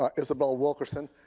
ah isabel wilkerson,